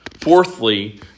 Fourthly